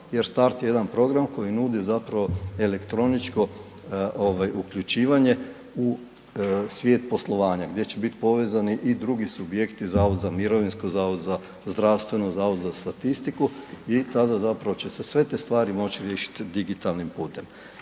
jer Start je jedan program koji nudi zapravo elektroničko ovaj uključivanje u svijet poslovanja gdje će biti povezani i drugi subjekti Zavod za mirovinsko, Zavod za zdravstveno, Zavod za statistiku i tada zapravo će se sve te stvari moći riješiti digitalnim putem.